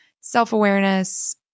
self-awareness